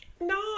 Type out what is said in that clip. No